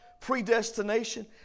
Predestination